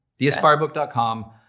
Theaspirebook.com